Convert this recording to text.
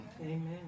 Amen